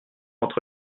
entre